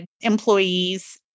employees